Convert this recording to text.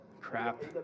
Crap